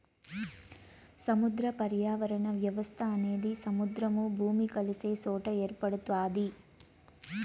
సముద్ర పర్యావరణ వ్యవస్థ అనేది సముద్రము, భూమి కలిసే సొట ఏర్పడుతాది